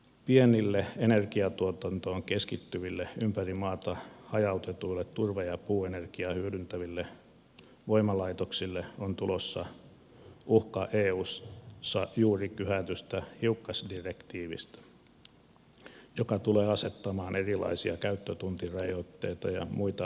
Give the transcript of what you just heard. pienille energiantuotantoon keskittyville ympäri maata hajautetuille turve ja puuenergiaa hyödyntäville voimalaitoksille eussa juuri kyhätystä hiukkasdirektiivistä on tulossa uhka joka tulee asettamaan niille erilaisia käyttötuntirajoitteita ja muita toimintaesteitä